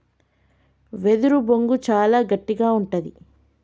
వెదురు బొంగు చాలా గట్టిగా ఉంటది